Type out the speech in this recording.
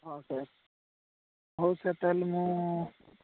ହଁ ସାର୍ ହେଉ ସାର୍ ତାହାଲେ ମୁଁ